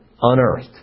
unearthed